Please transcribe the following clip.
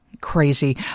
Crazy